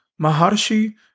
Maharshi